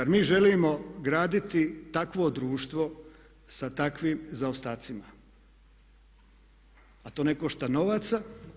Zar mi želimo graditi takvo društvo sa takvim zaostacima, a to ne košta novaca.